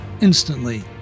instantly